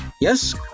yes